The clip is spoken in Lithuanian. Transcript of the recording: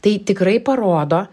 tai tikrai parodo